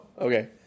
okay